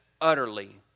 utterly